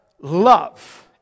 love